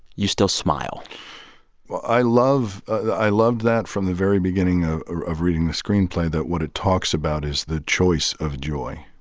you still smile well, i love ah i loved that from the very beginning ah ah of reading the screenplay that what it talks about is the choice of joy,